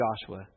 Joshua